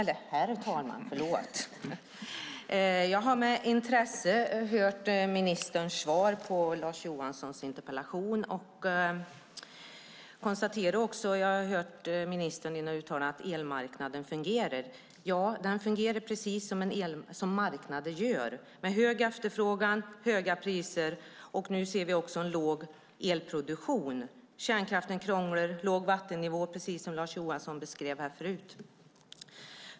Herr talman! Jag har med intresse hört ministerns svar på Lars Johanssons interpellation. Jag har också hört ministern uttala att elmarknaden fungerar. Ja, den fungerar precis som marknader gör med hög efterfrågan och höga priser, och nu ser vi också en låg elproduktion. Kärnkraften krånglar och vattennivå är låg, precis som Lars Johansson beskrev förut.